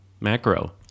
Macro